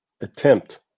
attempt